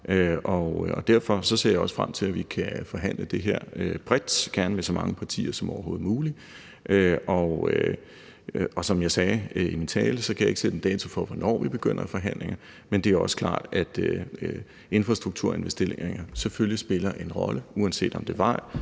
Derfor ser jeg også frem til, at vi kan forhandle det her bredt, gerne med så mange partier som overhovedet muligt. Og som jeg sagde i min tale, kan jeg ikke sætte en dato på for, hvornår vi begynder forhandlingerne, men det er også klart, at infrastrukturinvesteringer selvfølgelig spiller en rolle, uanset om det er